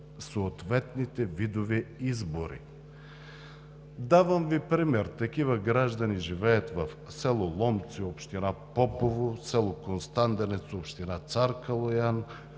съответните видове избори. Давам Ви пример: такива граждани живеят в село Ломци, община Попово; село Костанденец, община Цар Калоян;